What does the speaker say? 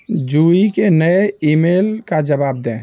जुही के नए ईमेल का जवाब दें